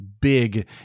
big